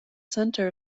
centre